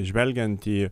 žvelgiant į